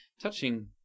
touching